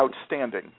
Outstanding